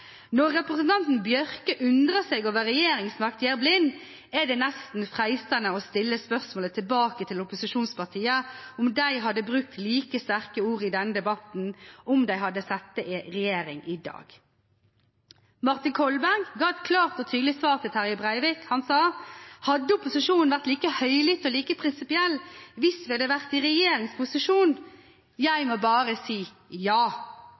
når representanten Bjørke undrar seg over om regjeringsmakt gjer blind, er det nesten like freistande å stilla spørsmålet tilbake til opposisjonspartia om dei hadde brukt like sterke ord i denne debatten om dei hadde sete i regjering i dag.» Martin Kolberg ga et klart og tydelig svar til Terje Breivik. Han sa: «Hadde opposisjonen vært like høylytt og like prinsipiell hvis vi hadde vært i regjeringsposisjon? Jeg må bare si: Ja